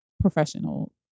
professional